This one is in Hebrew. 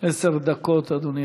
עשר דקות, אדוני השר.